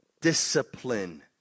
discipline